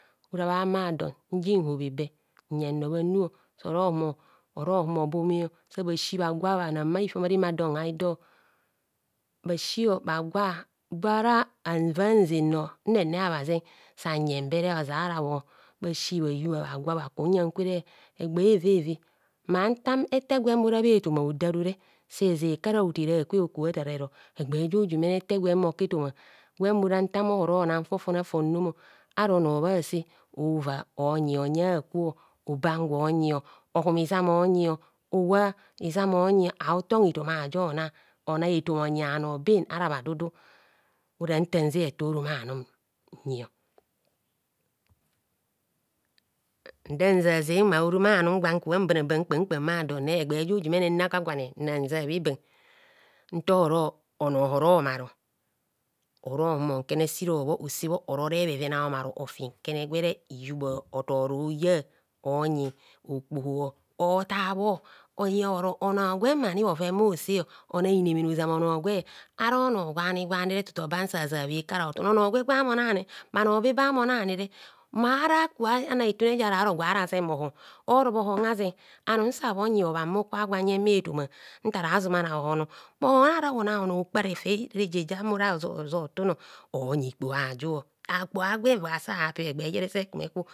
Ora bha ma don nji nhobhe be nycng nno bhanu o, ohuro ohumo be ome o sabha ski bha gwa bhanam bha hifram are ma don a'hido, bhasi bhagwa bara han va nze nor nnene habhazen sanyen bere oza ra bhon bhasi bhagwa bhagwa bha yubha mma ku uyang kwere egba evi vi mma nta ete gwene ora bheto ma hodarure seje kara hotere akwe okubho otar ero egbe ja ijumene ete gwem oka etoma gwem ora nta me ohorona fofone a'fonom ara onor bho hase ova onyi onye akwo oban gwa onyio ohuma eto izam onyi owa izam onyi a'otama etoma ajo one onang hitum onyi bhanor ben ara bha dudu ora ntan ze ete orom anum ndanzaze ma orom anum gwan ka ban a bam kpam kpam bha donne egbe ja ijumene nna gwagwane nna han ja bhe ban nta horo ono ohoro mar oro humo nkene a'siren hobho oro re bheven a'omar ofi nkene gwere niyubha otore oya onyi okpoho otar bho oyo oro ono gwem ani bhoven bho hose ona inemene ozama onor gwe arono gwanigwani, tutu obam sabhe kara otar ono gwe gwame onani bhanor be ba me onanire maara kubhho ana itune jara razen bho hon oro bhohon aze anum nsan bhonyi hobhamor kwa gwo hanyens bha etoma ntara zumana bhohonor bho hon ahara bhona onor okpa refe reje ja me ora hojor tuno onyi i kpoho ajuo okpoho agwen gwa sa api eme jere se kume kubho.